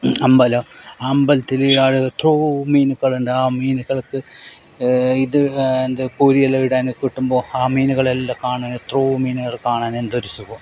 അമ്പലം ആ അമ്പലത്തിൽ ആട് എത്രയോ മീനുകളുണ്ട് ആ മീനുകൾക്ക് ഇത് എന്താ പൂഴികൾ ഇടാൻ കിട്ടുമ്പോൾ ആ മീനുകളെല്ലാം കാണാൻ എത്രയോ മീനുകൾ കാണാൻ എന്തൊരു സുഖാ